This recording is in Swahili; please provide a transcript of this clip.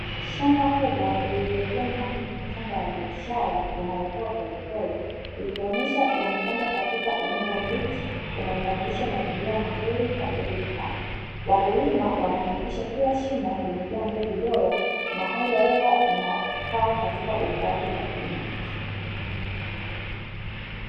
Shamba kubwa liilojaa mahindi machanga ya biashara yanayokua polepole, ikionyesha yamepandwa katika udongo mbichi yanayokamilisha mazingira mazuri kwa mbegu kupandwa. Wakulima wanahakikisha kila shimo limejaa mbegu bora na hali ya hewa inafaa katika ukuaji wa kilimo hiki.